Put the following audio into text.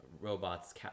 robots